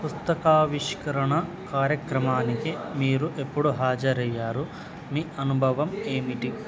పుస్తకావిష్కరణ కార్యక్రమానికి మీరు ఎప్పుడు హాజరయ్యారు మీ అనుభవం ఏమిటి